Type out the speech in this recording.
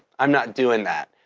i'm not doing that,